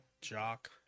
Jock